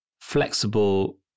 flexible